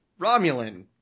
Romulan